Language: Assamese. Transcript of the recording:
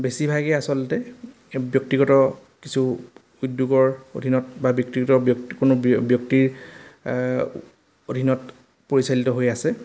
বেছিভাগেই আচলতে ব্যক্তিগত কিছু উদ্যোগৰ অধীনত বা ব্যক্তিগত ব্যক্তিৰ অধীনত পৰিচালিত হৈ আছে